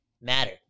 matter